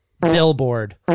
billboard